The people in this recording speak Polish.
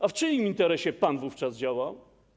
A w czyim interesie pan wówczas działał?